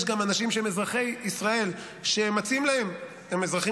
יש גם אנשים שהם אזרחי ישראל והם גם אזרחים